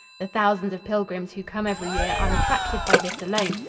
the thousands of pilgrims who come every year are attracted by this alone,